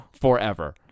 forever